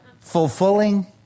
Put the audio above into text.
fulfilling